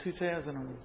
2000